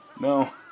No